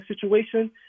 situation